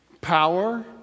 Power